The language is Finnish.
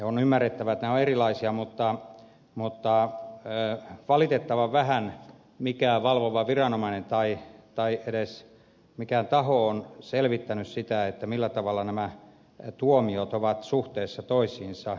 on ymmärrettävää että ne ovat erilaisia mutta valitettavan vähän mikään valvova viranomainen tai edes mikään taho on selvittänyt sitä millä tavalla nämä tuomiot ovat suhteessa toisiinsa